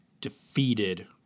defeated